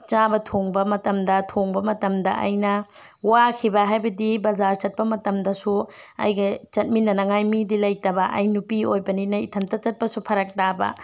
ꯆꯥꯕ ꯊꯣꯡꯕ ꯃꯇꯝꯗ ꯊꯣꯡꯕ ꯃꯇꯝꯗ ꯑꯩꯅ ꯋꯥꯈꯤꯕ ꯍꯥꯏꯕꯗꯤ ꯕꯖꯥꯔ ꯆꯠꯄ ꯃꯇꯝꯗꯁꯨ ꯑꯩꯒ ꯆꯠꯃꯤꯟꯅꯅꯤꯡꯉꯥꯏ ꯃꯤꯗꯤ ꯂꯩꯇꯕ ꯑꯩ ꯅꯨꯄꯤ ꯑꯣꯏꯕꯅꯤꯅ ꯏꯊꯟꯇ ꯆꯠꯄꯁꯨ ꯐꯔꯛ ꯇꯥꯕ